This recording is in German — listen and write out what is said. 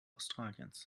australiens